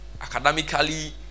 academically